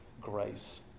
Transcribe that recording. grace